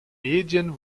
medien